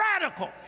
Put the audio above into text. radical